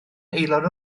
aelod